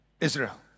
Israel